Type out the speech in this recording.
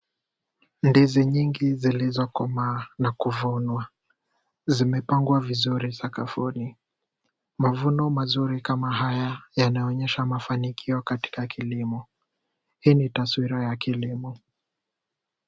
Ndizi nyingi zilizo komaa na kuvunwa, zimepangwa vizuri sakafuni. Mavuno mazuri kama haya yanaonyesha mafanikio katika kilimo. Hii ni taswira ya kilimo.